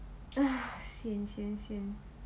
ah sian sian sian